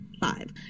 five